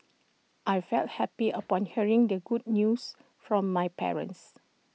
I felt happy upon hearing the good news from my parents